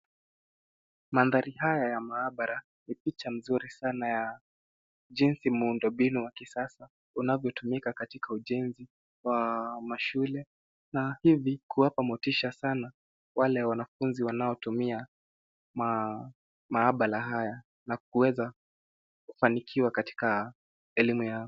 Madhari haya ya mahabara ni picha mzuri sana ya jinsi muundo mbinu wa kisasa unavyotumika katika ujenzi wa mashule na hivi kuwapa motisha sana wale wanafunzi wanaotumia mahabara haya na kuweza kufanikiwa katika elimu yao.